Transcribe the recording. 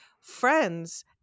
friends